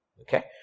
Okay